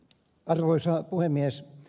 arvoisa puhemies